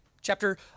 chapter